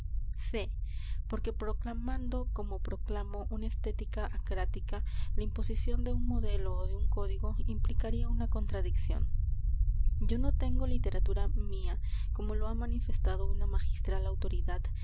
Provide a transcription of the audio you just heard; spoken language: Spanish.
c porque proclamando como proclamo una estética acrática la imposición de un modelo o de un código implicaría una contradicción yo no tengo literatura mía como lo ha manifestado una magistral autoridad